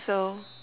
so